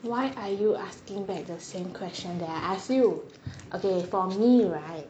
why are you asking back same the question that I ask you okay for me right